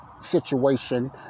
situation